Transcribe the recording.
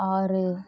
ஆறு